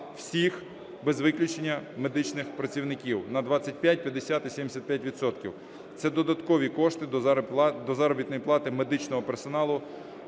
всіх без виключення медичних працівників на 25, 50 і 75 відсотків. Це додаткові кошти до заробітної плати медичного персоналу,